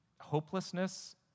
hopelessness